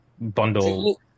bundle